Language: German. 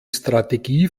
strategie